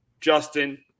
Justin